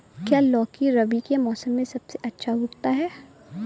क्या लौकी रबी के मौसम में सबसे अच्छा उगता है?